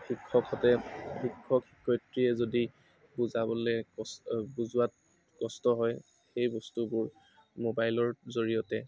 শিক্ষকহঁতে শিক্ষক শিক্ষয়িত্ৰীয়ে যদি বুজাবলৈ কষ্ট বুজোৱাত কষ্ট হয় সেই বস্তুবোৰ মোবাইলৰ জৰিয়তে